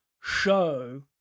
show